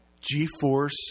G-Force